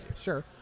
Sure